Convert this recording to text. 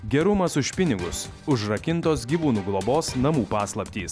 gerumas už pinigus užrakintos gyvūnų globos namų paslaptys